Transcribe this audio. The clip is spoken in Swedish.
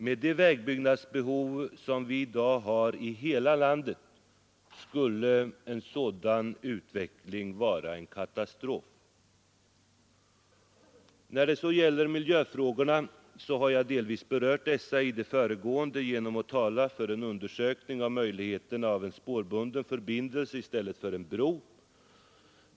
Med det vägbyggnadsbehov som vi i dag har i hela landet skulle en sådan utveckling vara en katastrof. Miljöfrågorna har jag delvis berört i det föregående genom att tala för en undersökning av möjligheterna till en spårbunden förbindelse i stället för en bro för motortrafik.